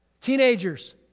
Teenagers